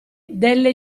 delle